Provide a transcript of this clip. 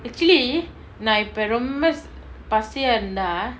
actually நா இப்ப ரொம்ப பசியா இருந்தா:na ippa romba pasiya iruntha